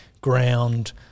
ground